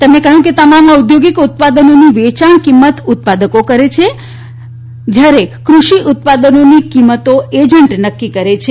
તેમણે કહયું કે તમામ ઔદ્યોગીક ઉત્પાદનોની વેચાણ કિંમત ઉત્પાદકો કરે છે જયારે કૃષિ ઉત્પાદનોનું કિંમતો એજન્ટ નકકી કરે છે